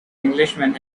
englishman